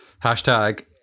hashtag